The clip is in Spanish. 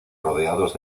rodeados